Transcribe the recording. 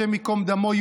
השם ייקום דמו,